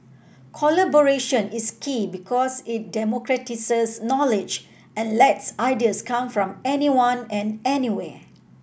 collaboration is key because it democratises knowledge and lets ideas come from anyone and anywhere